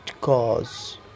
cause